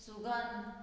Sugan